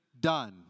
Done